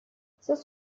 such